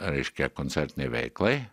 raiškia koncertinei veiklai